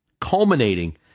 culminating